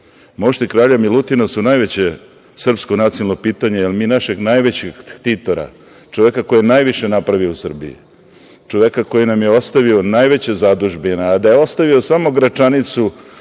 kralja Milutina su najveće srpsko nacionalno pitanje, jer mi našeg najvećeg ktitora, čoveka koji je najviše napravio u Srbiji, čoveka koji nam je ostavio najveće zadužbine, a da je ostavio samo Gračanicu